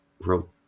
wrote